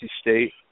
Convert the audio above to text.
State